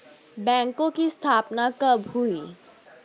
बैंकों की स्थापना कब हुई?